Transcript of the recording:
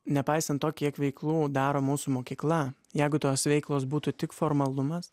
nepaisant to kiek veiklų daro mūsų mokykla jeigu tos veiklos būtų tik formalumas